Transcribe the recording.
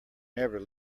never